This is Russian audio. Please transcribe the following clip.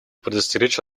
предостеречь